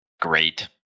great